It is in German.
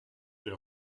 der